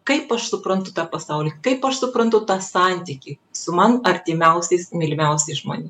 kaip aš suprantu tą pasaulį kaip aš suprantu tą santykį su man artimiausiais mylimiausiais žmonėm